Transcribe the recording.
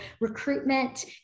recruitment